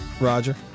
Roger